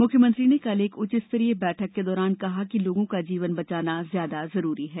मुख्यमंत्री ने कल एक उच्च स्तरीय बैठक के दौरान कहा कि लोगों का जीवन बचाना ज्यादा जरूरी है